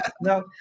no